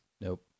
Nope